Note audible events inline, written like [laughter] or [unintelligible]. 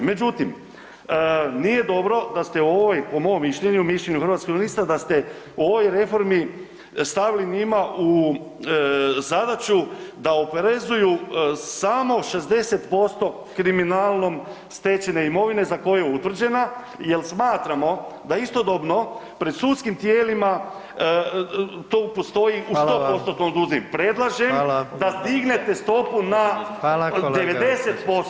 Međutim, nije dobro da ste ovoj po mom mišljenju, mišljenju Hrvatskih suverenista, da ste u ovoj reformi stavili njima u zadaću da oporezuju samo 60% kriminalnom stečene imovine za koju je utvrđena jer smatramo da je istodobno pred sudskim tijelima to postoji u [[Upadica: Hvala vam.]] 100%-tnom ... [unintelligible] predlažem [[Upadica: Hvala.]] da dignete stopu na [[Upadica: Hvala kolega.]] 90%